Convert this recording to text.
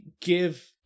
give